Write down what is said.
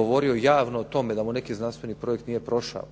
govorio javno o tome da mu neki znanstveni projekt nije prošao,